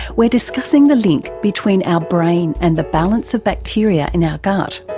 we're discussing the link between our brain and the balance of bacteria in our gut.